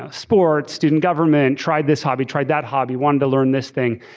ah sports, student government, tried this hobby, tried that hobby, wanted to learn this thing,